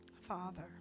Father